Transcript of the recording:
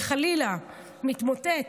וחלילה מתמוטט,